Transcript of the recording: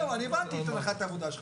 אני הבנתי את הנחת העבודה שלך.